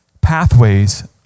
Pathways